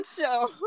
show